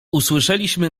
usłyszeliśmy